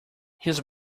his